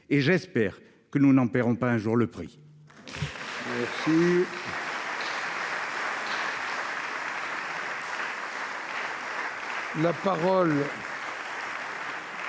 J'espère que nous n'en paierons pas un jour le prix.